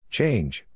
Change